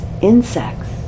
insects